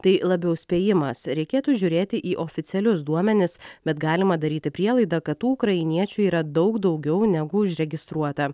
tai labiau spėjimas reikėtų žiūrėti į oficialius duomenis bet galima daryti prielaidą kad tų ukrainiečių yra daug daugiau negu užregistruota